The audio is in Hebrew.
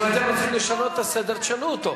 אם אתם רוצים לשנות את הסדר, תשנו אותו.